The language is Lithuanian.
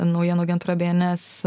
naujienų agentūra bns